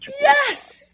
Yes